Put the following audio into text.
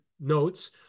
notes